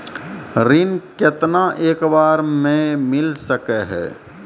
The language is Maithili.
ऋण केतना एक बार मैं मिल सके हेय?